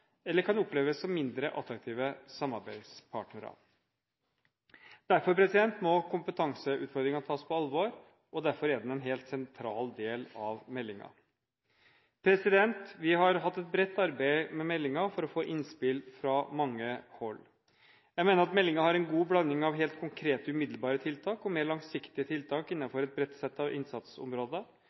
eller at de kan oppleves som mindre attraktive samarbeidspartnere. Derfor må kompetanseutfordringen tas på alvor, og derfor er den en helt sentral del av meldingen. Vi har hatt et bredt arbeid med meldingen for å få innspill fra mange hold. Jeg mener at meldingen har en god blanding av helt konkrete, umiddelbare tiltak og mer langsiktige tiltak innenfor et bredt sett